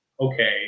okay